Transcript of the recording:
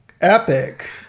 epic